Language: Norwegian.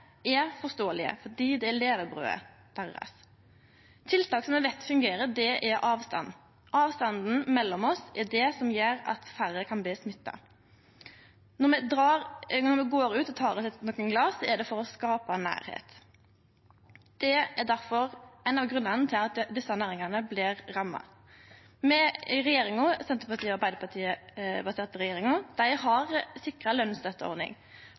er forståeleg, for det er levebrødet deira. Tiltak me veit fungerer, er avstand. Avstanden mellom oss er det som gjer at færre kan bli smitta. Når me går ut og tar oss nokon glas, er det for å skape nærleik. Det er derfor ein av grunnane til at desse næringane blir ramma. Arbeidarparti–Senterparti-regjeringa har sikra lønsstøtteordning og ekstra kompensasjon til kommunane, sånn at kommunane kan dele ut til dei